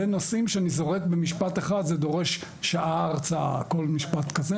אלה נושאים שאני זורק במשפט אחד, אבל כל משפט כזה